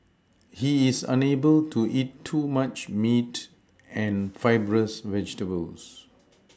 he is unable to eat too much meat and fibrous vegetables